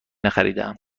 نخریدهام